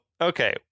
okay